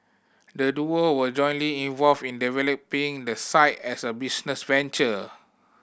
the duo were jointly involved in developing the site as a business venture